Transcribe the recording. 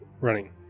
running